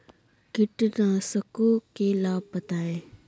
कीटनाशकों के लाभ बताएँ?